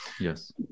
Yes